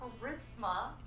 charisma